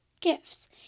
gifts